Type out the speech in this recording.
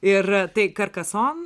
ir tai karkason